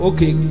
Okay